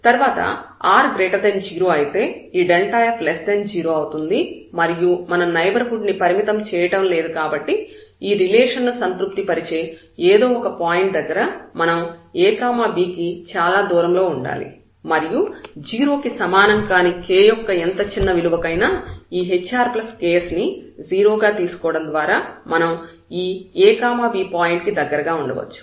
తర్వాత r0 అయితే ఈ f0 అవుతుంది మరియు మనం నైబర్హుడ్ ని పరిమితం చేయడం లేదు కాబట్టి ఈ రిలేషన్ ను సంతృప్తి పరిచే ఏదో ఒక పాయింట్ దగ్గర మనం a b కి చాలా దూరంలో ఉండాలి మరియు 0 కి సమానం కాని k యొక్క ఎంత చిన్న విలువ కైనా ఈ hrks ని 0 గా తీసుకోవడం ద్వారా మనం ఈ a b పాయింట్ కి దగ్గరగా ఉండవచ్చు